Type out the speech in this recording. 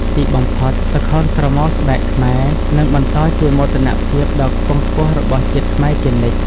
ទីបំផុត ល្ខោនស្រមោលស្បែកខ្មែរនឹងបន្តជាមោទនភាពដ៏ខ្ពង់ខ្ពស់របស់ជាតិខ្មែរជានិច្ច។